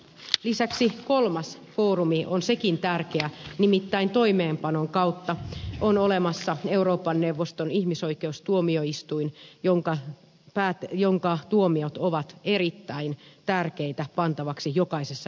lisäksi kolmas foorumi on sekin tärkeä nimittäin toimeenpanon kautta on olemassa euroopan neuvoston ihmisoikeustuomioistuin jonka tuomiot ovat erittäin tärkeitä pantavaksi jokaisessa jäsenmassa sitten käytäntöön